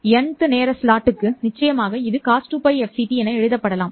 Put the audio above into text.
N th நேர ஸ்லாட்டுக்கு நிச்சயமாக இது Cos 2Лfct என எழுதப்படலாம்